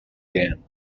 then